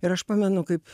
ir aš pamenu kaip